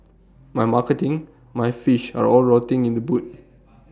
my marketing my fish are all rotting in the boot